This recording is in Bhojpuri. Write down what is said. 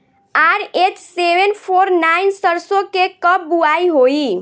आर.एच सेवेन फोर नाइन सरसो के कब बुआई होई?